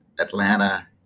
Atlanta